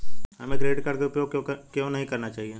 हमें credit card का उपयोग क्यों नहीं करना चाहिए?